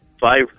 five